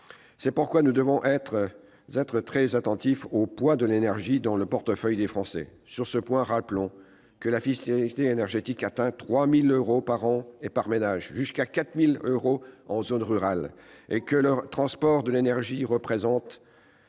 C'est pourquoi nous devons être très attentifs au poids de l'énergie dans le portefeuille des Français : sur ce point, rappelons que la fiscalité énergétique atteint 3 000 euros par an et par ménage, jusqu'à 4 000 euros en zone rurale, et que le transport et l'énergie représentent